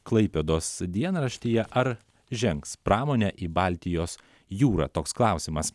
klaipėdos dienraštyje ar žengs pramonę į baltijos jūrą toks klausimas